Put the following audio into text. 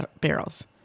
barrels